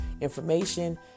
information